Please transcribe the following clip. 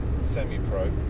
semi-pro